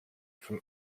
from